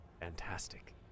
fantastic